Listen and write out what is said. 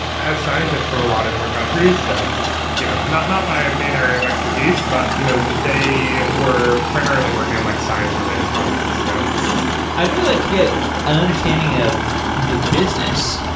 has scientists from a lot of different countries. so you know not not my ah main area of expertise, but you know they were primarily working on like science related projects so i'd really like to get an understanding of the business.